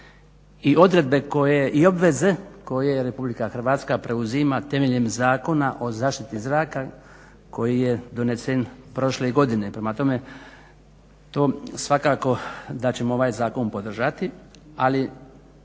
i obveze koje Republika Hrvatska preuzima temeljem Zakona o zaštiti zraka koji je donesen prošle godine. Prema tome, to svakako da ćemo ovaj zakon podržati. Ali